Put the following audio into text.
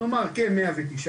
נאמר כן 109,000,